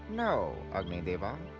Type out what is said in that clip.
no, agnideva.